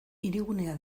hirigunea